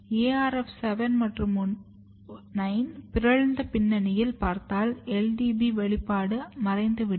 ARF7 மற்றும் 9 பிறழ்ந்த பின்னணியில் பார்த்தால் LDB வெளிப்பாடு மறைந்துவிடும்